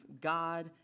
God